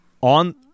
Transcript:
on